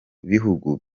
bihugu